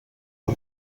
per